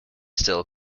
still